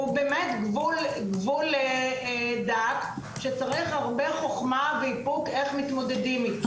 והוא באמת גבול דק שצריך הרבה חוכמה ואיפוק איך מתמודדים איתו.